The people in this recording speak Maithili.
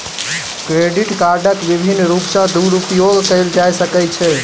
क्रेडिट कार्डक विभिन्न रूप सॅ दुरूपयोग कयल जा सकै छै